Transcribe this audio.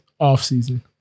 offseason